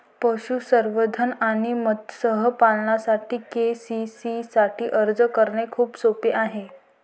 पशुसंवर्धन आणि मत्स्य पालनासाठी के.सी.सी साठी अर्ज करणे खूप सोपे आहे